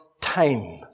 time